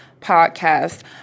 podcast